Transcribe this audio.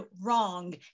wrong